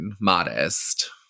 Modest